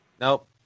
Nope